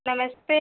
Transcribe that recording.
नमस्ते